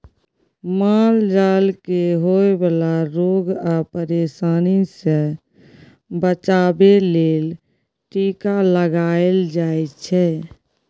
माल जाल केँ होए बला रोग आ परशानी सँ बचाबे लेल टीका लगाएल जाइ छै